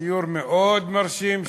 סיור מאוד מרשים,